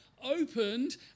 Opened